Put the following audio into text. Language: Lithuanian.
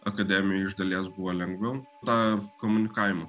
akademijoj iš dalies buvo lengviau tą komunikavimą